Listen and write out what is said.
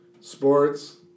sports